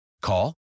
Call